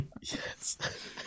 Yes